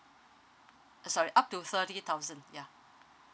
uh sorry up to thirty thousand yeah